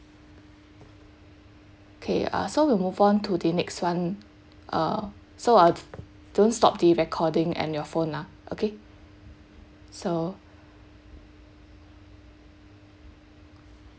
K uh so we'll move on to the next one uh so I'll don't stop the recording and your phone lah okay so